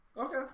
Okay